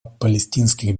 палестинских